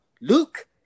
Luke